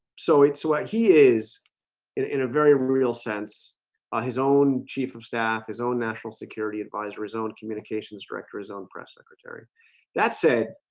so it's what he is in a very real sense ah his own chief of staff his own national security adviser his own communications director his own press secretary that said,